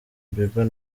bieber